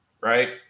right